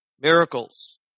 Miracles